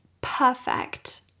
perfect